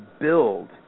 build